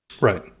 Right